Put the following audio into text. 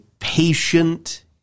patient